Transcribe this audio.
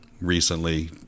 recently